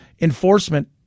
enforcement